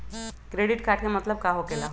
Credit card के मतलब का होकेला?